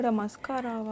mascara